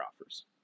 offers